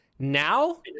Now